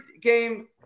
game